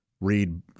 read